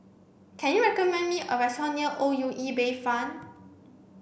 can you recommend me a restaurant near O U E Bayfront